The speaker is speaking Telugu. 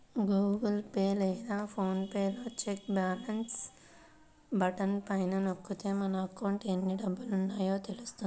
గూగుల్ పే లేదా ఫోన్ పే లో చెక్ బ్యాలెన్స్ బటన్ పైన నొక్కితే మన అకౌంట్లో ఎన్ని డబ్బులున్నాయో తెలుస్తుంది